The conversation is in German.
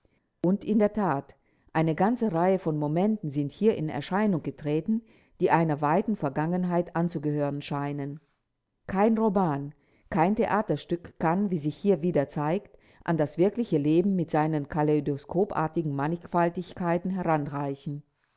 und in der tat eine ganze reihe von momenten sind hier in erscheinung getreten die einer weiten vergangenheit anzugehören scheinen kein roman kein theaterstück kann wie sich hier wieder zeigt an das wirkliche leben mit seinen kaleidoskopartigen mannigfaltigkeiten heranreichen